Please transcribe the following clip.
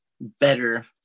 better